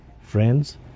Friends